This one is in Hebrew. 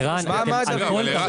ערן ממשרד